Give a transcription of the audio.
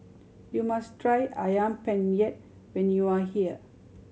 you must try Ayam Penyet when you are here